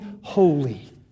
holy